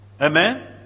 Amen